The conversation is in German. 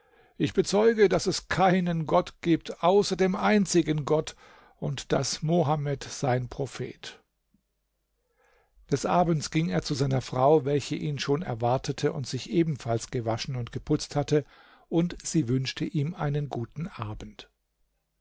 ich bezeuge daß es keinen gott gibt außer dem einzigen gott und daß mohammed sein prophet des abends ging er zu seiner frau welche ihn schon erwartete und sich ebenfalls gewaschen und geputzt hatte und sie wünschte ihm guten abend